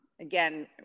again